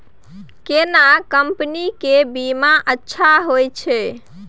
केना कंपनी के बीमा अच्छा होय छै?